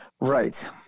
Right